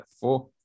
four